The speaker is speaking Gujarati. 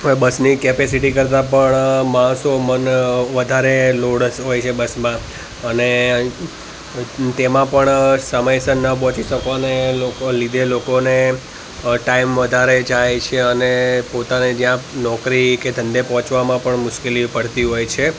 તે બસની કૅપેસિટી કરતાં પણ માણસો મને વધારે લોડ્સ હોય છે બસમાં અને તેમાં પણ સમયસર ન પહોંચી શકવાને લોકોને લીધે લોકોને ટાઇમ વધારે જાય છે અને પોતાને જ્યાં નોકરી કે ધંધે પહોંચવામાં પણ મુશ્કેલી પડતી હોય છે